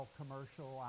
commercial